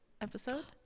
episode